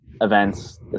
events